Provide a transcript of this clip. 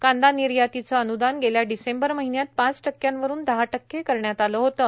कांदा निर्यातीचं अनुदान गेल्या डिसेंबर महिन्यात पाच टक्क्यांवरून दहा टक्के करण्यात आलं होतं